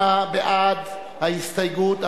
38 בעד ההסתייגות,